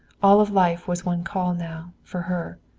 all of life was one call now, for her.